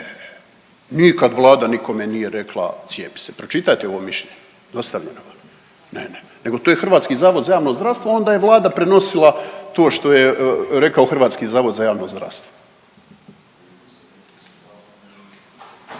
nikad Vlada nikome nije rekla cijepi se. Pročitajte ovo mišljenje, dostavljeno vam je. Ne, ne, ne nego to je Hrvatski zavod za javno zdravstvo, onda je Vlada prenosila to što je rekao Hrvatski zavod za javno zdravstvo.